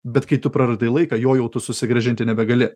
bet kai tu praradai laiką jo jau tu susigrąžinti nebegali